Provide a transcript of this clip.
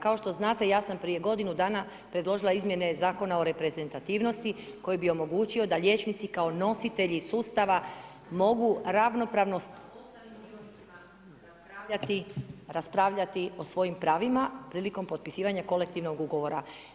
Kao što znate ja sam prije godinu dana predložila izmjene Zakona o reprezantivnosti, koji bi omogućio da liječnici kao nositelji sustava mogu ravnopravnost …/Govornik naknadno isključen, pa uključen./… raspravljati o svojim pravima prilikom potpisivanja kolektivnog ugovora.